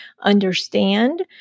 understand